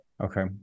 Okay